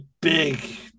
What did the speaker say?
big